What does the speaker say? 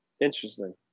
Interesting